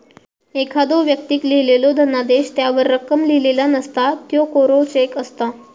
एखाद्दो व्यक्तीक लिहिलेलो धनादेश त्यावर रक्कम लिहिलेला नसता, त्यो कोरो चेक असता